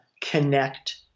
connect